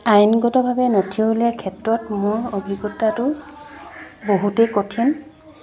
আইনগতভাৱে নথি উলিওৱা ক্ষেত্ৰত মোৰ অভিজ্ঞতাটো বহুতেই কঠিন